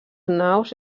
naus